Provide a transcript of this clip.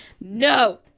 No